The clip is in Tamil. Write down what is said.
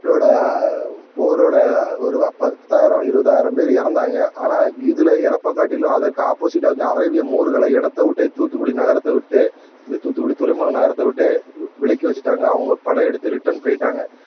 ரோட போரோடு ஒரு பத்தாயிரம் இருபதாயிரம் பேர் இறந்தாங்க ஆனால் இதில் இறப்பக்காட்டிலும் அதற்கு ஆப்போஸிட்டாக வந்து அரேபிய மூருகளை இடத்த விட்டே தூத்துக்குடி நகரத்தை விட்டே இந்த தூத்துக்குடி துறைமுக நகரத்தை விட்டு விலக்கி வச்சுட்டாங்க அவங்க படையெடுத்து ரிட்டன் போயிட்டாங்க